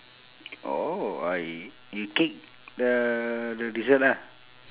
oh I you cake the the dessert ah